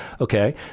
Okay